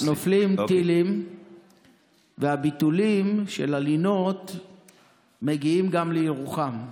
עכשיו נופלים טילים והביטולים של הלינות מגיעים גם לירוחם,